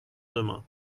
demain